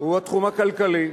הוא התחום הכלכלי.